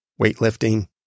Weightlifting